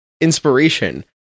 inspiration